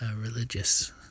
religious